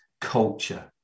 culture